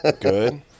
Good